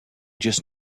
just